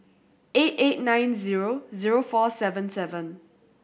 eight eight nine zero zero four seven seven